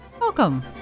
welcome